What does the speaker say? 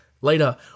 Later